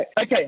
Okay